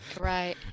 Right